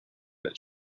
that